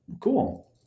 cool